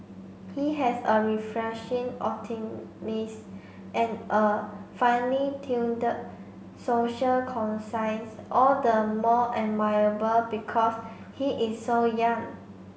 he has a refreshing optimist and a finely tuned social conscience all the more admirable because he is so young